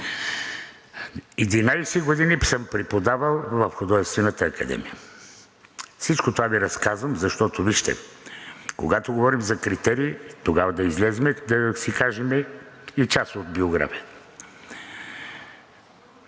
години съм преподавал в Художествената академия. Всичко това Ви разказвам, защото, вижте, когато говорим за критерии, тогава да излезем и да си кажем и част от биографията.